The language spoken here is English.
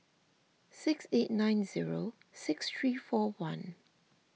six eight nine zero six three four one